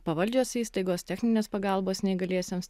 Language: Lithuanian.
pavaldžios įstaigos techninės pagalbos neįgaliesiems